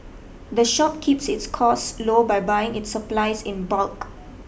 the shop keeps its costs low by buying its supplies in bulk